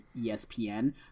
espn